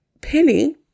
penny